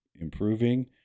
improving